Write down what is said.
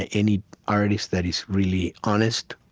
any artist that is really honest,